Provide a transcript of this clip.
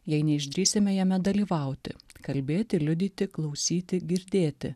jei neišdrįsime jame dalyvauti kalbėti liudyti klausyti girdėti